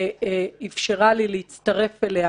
אפשרה לי להצטרף אליה